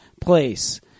place